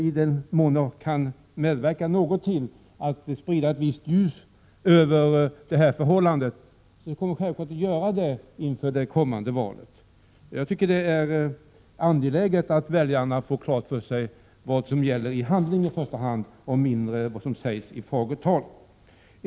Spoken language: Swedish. I den mån det går att medverka till att sprida ett visst ljus i det sammanhanget, kommer man självfallet att göra det inför kommande val. Det är angeläget att väljarna får klart för sig i första hand vad som är handling och i andra hand vad som är fagert tal.